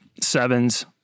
sevens